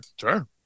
Sure